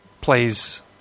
plays